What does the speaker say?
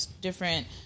different